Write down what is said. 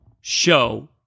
show